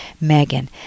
Megan